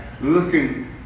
looking